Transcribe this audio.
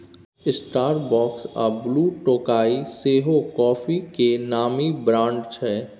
Starbucks आ ब्लुटोकाइ सेहो coffee केर नामी ब्रांड छै